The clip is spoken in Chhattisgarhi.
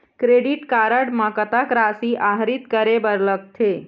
क्रेडिट कारड म कतक राशि आहरित करे बर लगथे?